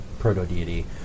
proto-deity